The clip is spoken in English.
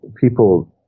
people